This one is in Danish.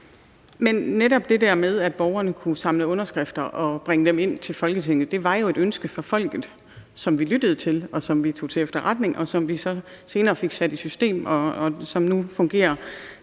Men netop det der med, at borgerne kan samle underskrifter og bringe dem ind til Folketinget, var jo et ønske fra folket, som vi lyttede til, og som vi tog til efterretning, og som vi så senere fik sat i system. Det fungerer